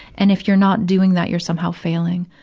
and if you're not doing that, you're somehow failing,